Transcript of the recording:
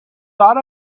thought